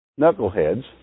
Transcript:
knuckleheads